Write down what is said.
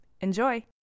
Enjoy